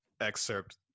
excerpt